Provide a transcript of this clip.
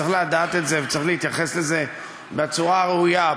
צריך לדעת את זה, וצריך להתייחס לזה בצורה הראויה.